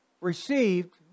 received